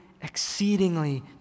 exceedingly